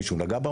מישהו פגע בה?